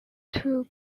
two